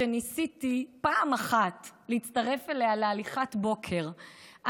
כשניסיתי פעם אחת להצטרף אליה להליכת בוקר,